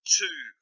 two